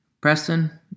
Preston